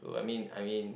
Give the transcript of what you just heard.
so I mean I mean